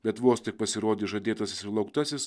bet vos tik pasirodys žadėtasis ir lauktasis